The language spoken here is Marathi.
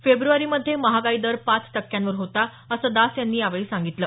फेब्रवारीमध्ये महागाई दर पाच टक्क्यांवर होता असं दास यांनी यावेळी सांगितलं